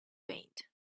faint